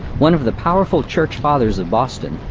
one of the powerful church fathers of boston,